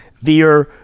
Via